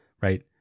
right